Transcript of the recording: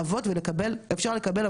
והייתה פה הטעיה של הציבור,